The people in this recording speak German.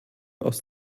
aus